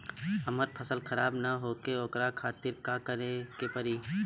हमर फसल खराब न होखे ओकरा खातिर का करे के परी?